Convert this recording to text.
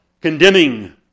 condemning